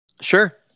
Sure